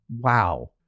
Wow